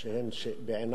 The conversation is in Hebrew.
בעיני שאלות יסוד.